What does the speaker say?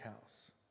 house